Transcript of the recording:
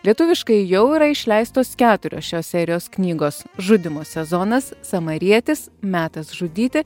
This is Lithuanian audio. lietuviškai jau yra išleistos keturios šios serijos knygos žudymo sezonas samarietis metas žudyti